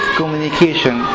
communication